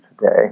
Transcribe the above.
today